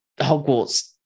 hogwarts